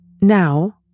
Now